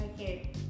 Okay